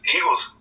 Eagles